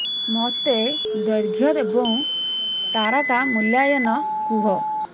ମୋତେ ଦୈର୍ଘ୍ୟ ଏବଂ ତାରକା ମୂଲ୍ୟାୟନ କୁହ